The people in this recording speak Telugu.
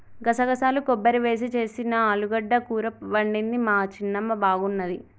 గసగసాలు కొబ్బరి వేసి చేసిన ఆలుగడ్డ కూర వండింది మా చిన్నమ్మ బాగున్నది